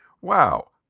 Wow